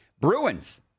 Bruins